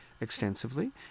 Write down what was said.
extensively